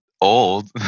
old